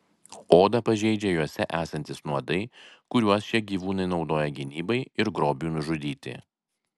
odą pažeidžia juose esantys nuodai kuriuos šie gyvūnai naudoja gynybai ir grobiui nužudyti